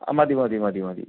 മതി മതി മതി മതി